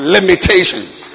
Limitations